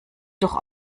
doch